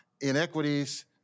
inequities